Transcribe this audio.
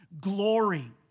glory